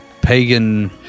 pagan